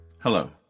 Hello